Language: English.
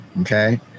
okay